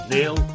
Neil